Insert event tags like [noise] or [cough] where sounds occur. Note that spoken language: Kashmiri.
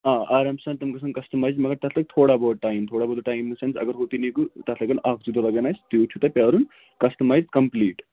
آ آرام سان تِم گژھَن کسٹٕمایِز مگر تَتھ لگہِ تھوڑا بہت ٹایِم تھوڑا بہت ٹایِم اِن دَ سٮ۪نٕس اگر ہُہ تہٕ [unintelligible] تَتھ لگَن اَکھ زٕ دۄہ لگَن اَسہِ تیوٗت چھُو تۄہہِ پیٛارُن کَسٹَمایِز کَمپٕلیٖٹ